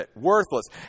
Worthless